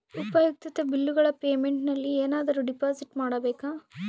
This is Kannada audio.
ಉಪಯುಕ್ತತೆ ಬಿಲ್ಲುಗಳ ಪೇಮೆಂಟ್ ನಲ್ಲಿ ಏನಾದರೂ ಡಿಪಾಸಿಟ್ ಮಾಡಬೇಕಾ?